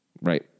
Right